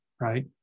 right